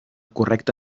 correcta